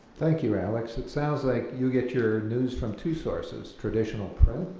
thank you alex, it sounds like you get your news from two sources, traditional print,